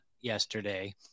yesterday